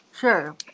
Sure